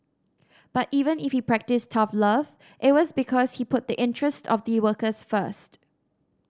but even if he practised tough love it was because he put the interest of the workers first